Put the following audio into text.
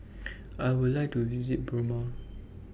I Would like to visit Burma